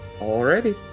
Already